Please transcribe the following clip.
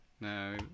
No